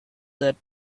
that